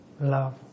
love